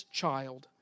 child